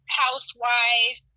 housewife